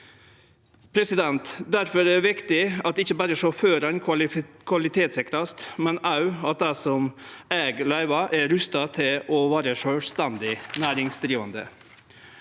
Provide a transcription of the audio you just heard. Difor er det viktig at ikkje berre sjåførane vert kvalitetssikra, men også at dei som eig løyva, er rusta til å vere sjølvstendig næringsdrivande.